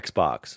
Xbox